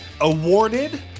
Awarded